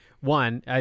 one